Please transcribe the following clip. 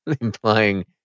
Implying